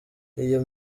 iyo